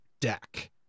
deck